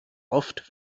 oft